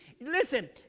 Listen